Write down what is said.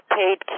paid